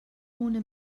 una